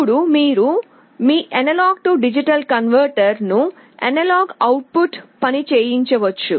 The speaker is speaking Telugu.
ఇప్పుడు మీరు మీ A D కన్వర్టర్ ను అనలాగ్ అవుట్ పుట్ పని చేయంచవచ్చు